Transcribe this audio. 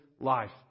life